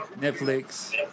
Netflix